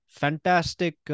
fantastic